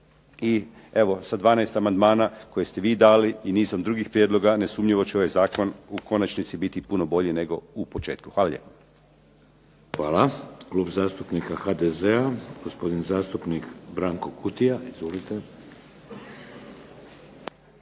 i evo sa 12 amandmana koje ste vi dali i nizom drugih prijedloga nesumnjivo će ovaj zakon u konačnici biti puno bolji nego u početku. Hvala lijepo. **Šeks, Vladimir (HDZ)** Hvala. Klub zastupnika HDZ-a, gospodin zastupnik Branko Kutija. Izvolite.